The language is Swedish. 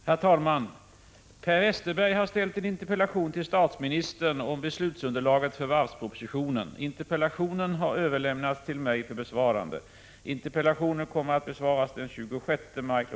Herr talman! Per Westerberg har ställt en interpellation till statsministern om beslutsunderlaget för varvspropositionen. Interpellationen har överlämnats till mig för besvarande. Interpellationen kommer på grund av arbetsbelastning inte att besvaras förrän den 26 maj kl.